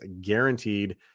guaranteed